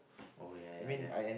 oh ya ya ya